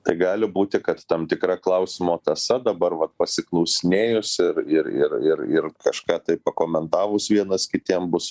tai gali būti kad tam tikra klausimo tąsa dabar vat pasiklausinėjus ir ir ir ir ir kažką tai pakomentavus vienas kitiem bus